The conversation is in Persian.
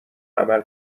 عمل